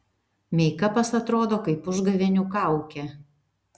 meikapas atrodo kaip užgavėnių kaukė